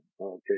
Okay